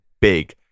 big